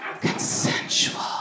Consensual